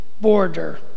border